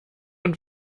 und